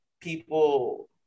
people